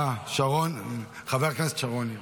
אה, שרון, חבר הכנסת שרון ניר.